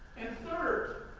and third,